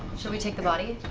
should we take the body?